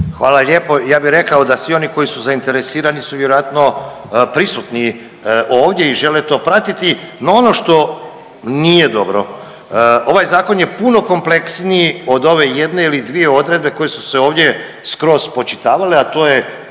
Hvala lijepo. Ja bi rekao da svi oni koji su zainteresirani su vjerojatno prisutni ovdje i žele to pratiti. No ono što nije dobro, ovaj zakon je puno kompleksniji od ove jedne ili dvije odredbe koje su se ovdje skroz spočitavale, a to je